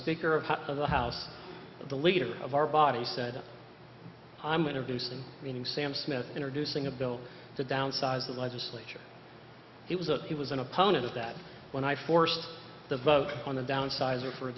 speaker of the house the leader of our bodies said i'm going to do some reading sam smith introducing a bill to downsize the legislature it was a he was an opponent of that when i forced the vote on the downsizer for a